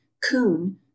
coon